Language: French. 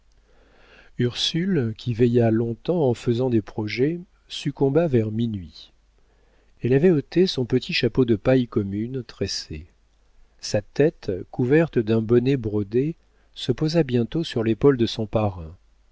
ursule qui veilla longtemps en faisant des projets succomba vers minuit elle avait ôté son petit chapeau de paille commune tressée sa tête couverte d'un bonnet brodé se posa bientôt sur l'épaule de son parrain